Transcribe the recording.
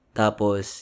tapos